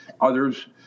Others